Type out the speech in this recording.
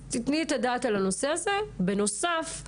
בנוסף,